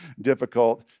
difficult